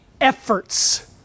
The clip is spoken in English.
efforts